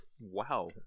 Wow